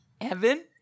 Evan